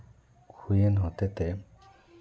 ᱦᱩᱭᱮᱱ ᱦᱚᱛᱮ ᱛᱮ